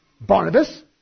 Barnabas